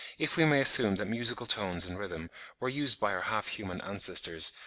if we may assume that musical tones and rhythm were used by our half-human ancestors,